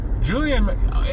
Julian